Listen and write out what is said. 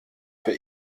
für